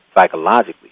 psychologically